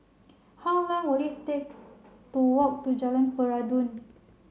how long will it take to walk to Jalan Peradun